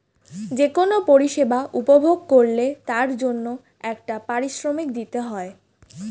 যে কোন পরিষেবা উপভোগ করলে তার জন্যে একটা পারিশ্রমিক দিতে হয়